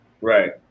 Right